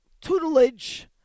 tutelage